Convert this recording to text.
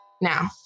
now